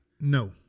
No